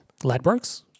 Ladbrokes